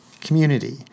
community